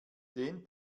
den